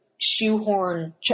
shoehorn